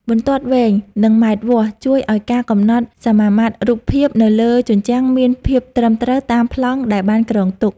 បន្ទាត់វែង និងម៉ែត្រវាស់ ជួយឱ្យការកំណត់សមាមាត្ររូបភាពនៅលើជញ្ជាំងមានភាពត្រឹមត្រូវតាមប្លង់ដែលបានគ្រោងទុក។